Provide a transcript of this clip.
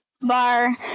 bar